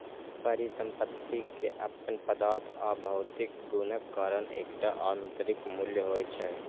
परिसंपत्ति के अपन पदार्थ आ भौतिक गुणक कारण एकटा आंतरिक मूल्य होइ छै